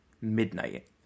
midnight